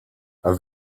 have